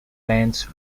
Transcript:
bands